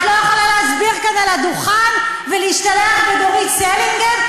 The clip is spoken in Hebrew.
את לא יכולה להסביר כאן על הדוכן ולהשתלח בדורית סלינגר,